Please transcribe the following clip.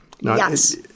Yes